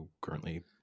currently